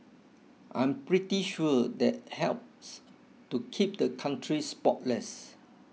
I'm pretty sure that helps to keep the country spotless